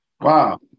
wow